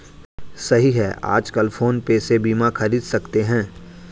सही है आजकल फ़ोन पे से बीमा ख़रीद सकते हैं